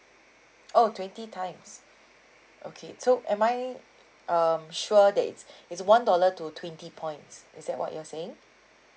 oh twenty times okay so am I um sure that it's it's one dollar to twenty points is that what you're saying